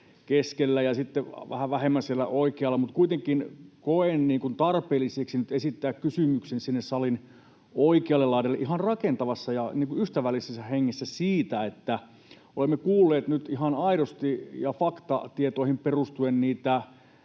keskellä ja sitten vähän vähemmän siellä oikealla, niin kuitenkin koen tarpeelliseksi nyt esittää kysymyksen sinne salin oikealle laidalle ihan rakentavassa ja ystävällisessä hengessä. Olemme kuulleet nyt ihan aidosti ja faktatietoihin perustuen niitä